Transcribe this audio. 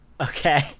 Okay